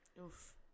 Oof